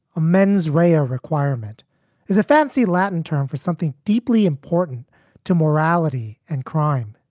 ah mens rea a requirement is a fancy latin term for something deeply important to morality and crime.